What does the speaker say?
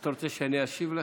רוצה שאני אשיב לך?